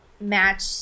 match